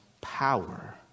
power